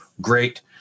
great